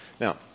Now